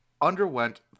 underwent